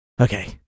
Okay